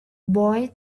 boy